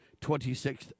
26th